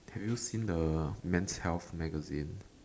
have you seen the men's health magazine